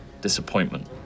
disappointment